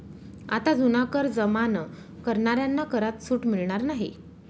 आता जुना कर जमा न करणाऱ्यांना करात सूट मिळणार नाही